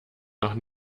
noch